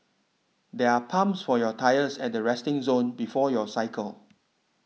there are pumps for your tyres at the resting zone before your cycle